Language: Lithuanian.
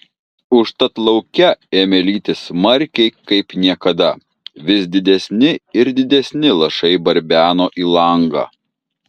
užtat lauke ėmė lyti smarkiai kaip niekada vis didesni ir didesni lašai barbeno į langą